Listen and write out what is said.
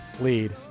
lead